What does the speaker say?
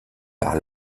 par